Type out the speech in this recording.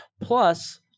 plus